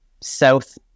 south